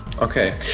Okay